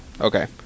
Okay